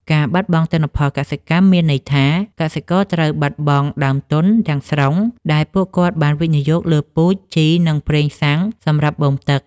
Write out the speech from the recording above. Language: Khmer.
ការបាត់បង់ទិន្នផលកសិកម្មមានន័យថា កសិករត្រូវបាត់បង់ដើមទុនទាំងស្រុងដែលពួកគាត់បានវិនិយោគលើពូជ ជី និងប្រេងសាំងសម្រាប់បូមទឹក។